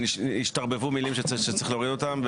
השתרבבו מילים שצריך להוריד אותם,